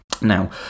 Now